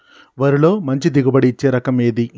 వరిలో మంచి దిగుబడి ఇచ్చే రకం ఏది?